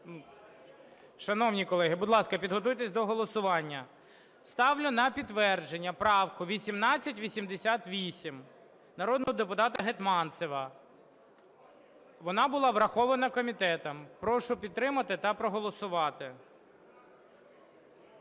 Шановні колеги, будь ласка, підготуйтеся до голосування. Ставлю на підтвердження правку 1888 народного депутата Гетманцева, вона була врахована комітетом. Прошу підтримати та проголосувати.